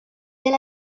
del